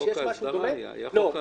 שיש משהו דומה --- היה חוק ההסדרה.